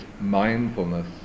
mindfulness